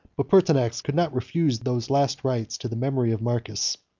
but pertinax could not refuse those last rites to the memory of marcus,